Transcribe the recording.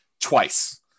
twice